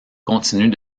continuent